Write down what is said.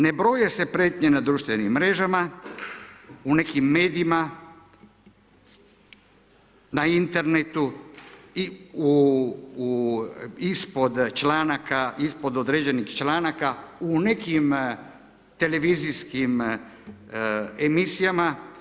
Ne broje se prijetnje na društvenim mrežama, u nekim medijima, na internetu i ispod članaka, ispod određenih članaka u nekim televizijskim emisijama.